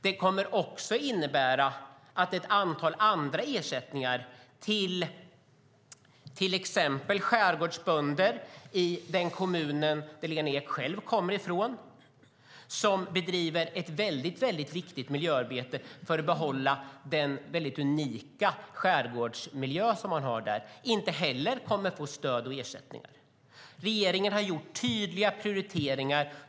Det kommer också att innebära att ett antal andra ersättningar till exempelvis skärgårdsbönder i den kommun som Lena Ek själv kommer ifrån som bedriver ett väldigt viktigt miljöarbete för att behålla den unika skärgårdsmiljö som man har där inte heller kommer att betalas ut. Regeringen har gjort tydliga prioriteringar.